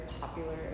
popular